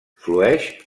flueix